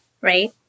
right